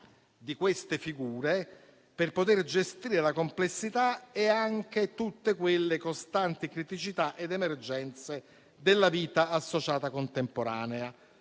di queste figure per poter gestire la complessità e anche tutte quelle costanti criticità ed emergenze della vita associata contemporanea;